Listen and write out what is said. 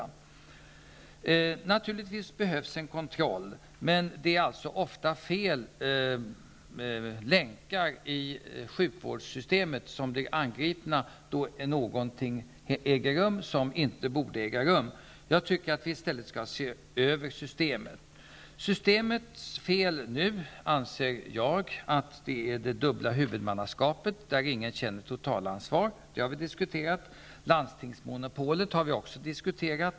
Det behövs naturligtvis en kontroll, men det är ofta fel länkar i sjukvårdssystemet som blir angripna då något äger rum som inte borde äga rum. Jag tycker att vi i stället skall se över systemet. Jag anser att systemets fel är det dubbla huvudmannaskapet där ingen känner totalansvar. Det har vi diskuterat. Landstingsmonopolet har vi också diskuterat.